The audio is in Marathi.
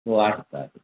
हो आहेत आहेत